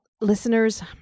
Listeners